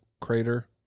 crater